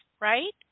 right